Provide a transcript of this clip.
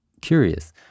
curious